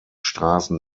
straßen